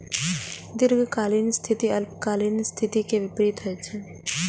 दीर्घकालिक स्थिति अल्पकालिक स्थिति के विपरीत होइ छै